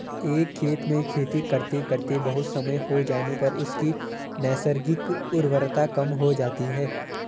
एक खेत में खेती करते करते बहुत समय हो जाने पर उसकी नैसर्गिक उर्वरता कम हो जाती है